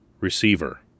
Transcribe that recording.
receiver